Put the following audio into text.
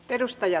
kiitos